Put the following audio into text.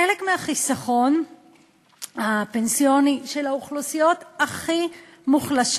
חלק מהחיסכון הפנסיוני של האוכלוסיות הכי מוחלשות